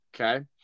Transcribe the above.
okay